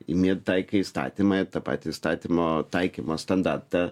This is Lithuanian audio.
imi ir taikai įstatymą ir tą patį įstatymo taikymo standartą